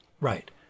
Right